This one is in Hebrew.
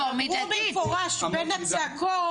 אמרו במפורש בין הצעקות,